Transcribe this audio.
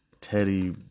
Teddy